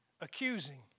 accusing